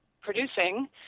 producing